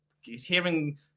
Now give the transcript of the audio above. hearing